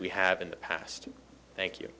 we have in the past thank you